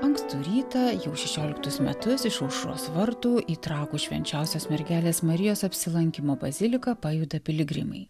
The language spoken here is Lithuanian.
ankstų rytą jau šešioliktus metus iš aušros vartų į trakų švenčiausios mergelės marijos apsilankymo baziliką pajuda piligrimai